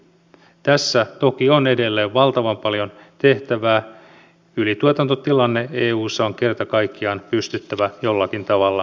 tässä toki on edelleen valtavan paljon tehtävää ylituotantotilanne eussa on kerta kaikkiaan pystyttävä jollakin tavalla ratkaisemaan